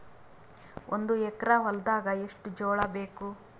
ಒಂದು ಎಕರ ಹೊಲದಾಗ ಎಷ್ಟು ಜೋಳಾಬೇಕು?